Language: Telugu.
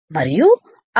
మరియు అక్కడ